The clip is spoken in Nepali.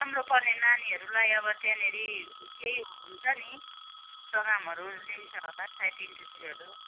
राम्रो पढ्ने नानीहरूलाई अब त्याँनिर केही हुन्छ नि प्रोग्रामहरू लिन्छ होला सायद इन्टरभ्यूहरू